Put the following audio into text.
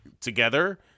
together